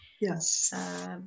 Yes